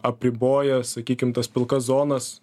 apriboja sakykim tas pilkas zonas